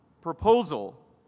proposal